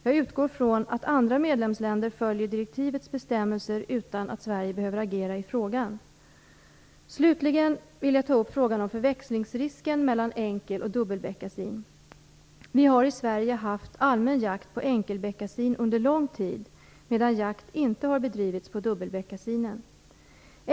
Jag utgår från att andra medlemsländer följer direktivets bestämmelser utan att Sverige behöver agera i frågan. Slutligen vill jag ta upp frågan om förväxlingsrisken mellan enkel och dubbelbeckasin. Vi har i Sverige haft allmän jakt på enkelbeckasin under lång tid, medan jakt inte har bedrivits på dubbelbeckasinen.